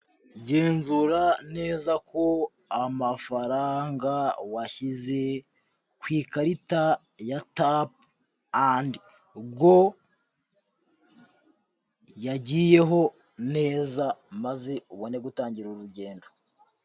Genzura neza ko amafaranga washyize ku ikarita ya tapu andi go yagiyeho neza maze ubone gutangira uru rugendo.